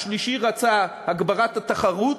השלישי רצה הגברת התחרות,